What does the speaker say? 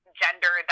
gender